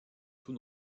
tous